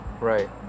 Right